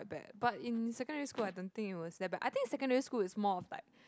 bad but in secondary school I don't think it was that bad I think secondary school is more of like